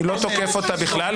אני לא תוקף אותה בכלל.